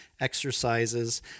exercises